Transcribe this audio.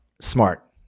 smart